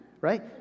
right